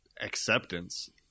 acceptance